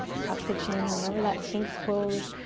tuck the chin. remember that sphynx pose,